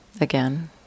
again